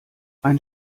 ein